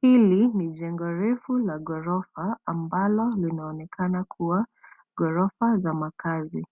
Hili ni jengo refu la ghorofa ambalo linaonekana kuwa ghorofa za makazi.